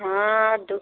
हाँ दो